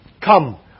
Come